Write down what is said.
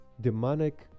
demonic